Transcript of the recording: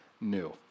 new